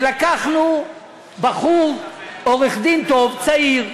ולקחנו בחור, עורך-דין טוב, צעיר,